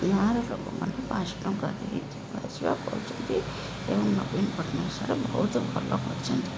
ଗାଁର ଲୋକମାନେ ପାଞ୍ଚ ଟଙ୍କା ଦେଇ ଯିବା ଆସିବା କରୁଛନ୍ତି ଏବଂ ନବୀନ ପଟ୍ଟନାଏକ ସାରେ ଭଉତୁ ଭଲ କରିଛନ୍ତି